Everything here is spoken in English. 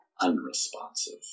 unresponsive